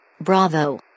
Bravo